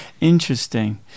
interesting